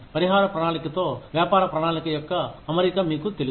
పరిహార ప్రణాళికతో వ్యాపార ప్రణాళిక యొక్క అమరిక మీకు తెలుసు